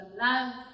love